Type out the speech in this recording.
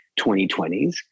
2020s